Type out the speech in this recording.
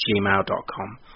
gmail.com